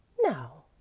no,